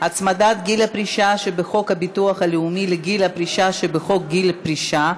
הצמדת גיל הפרישה שבחוק הביטוח הלאומי לגיל הפרישה שבחוק גיל פרישה),